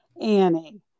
Annie